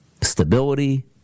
Stability